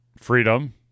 freedom